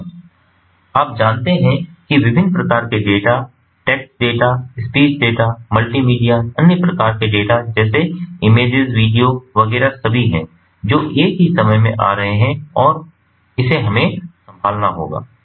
और आप जानते हैं वे विभिन्न प्रकार के data test data speech data multimedia अन्य प्रकार के डेटा जैसे इमेजेस वीडियो वगैरह सभी हैं जो एक ही समय में आ रहे हैं और इसे हमे संभालना होगा